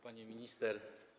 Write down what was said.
Pani Minister!